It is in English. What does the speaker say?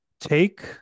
take